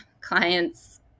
clients